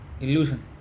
illusion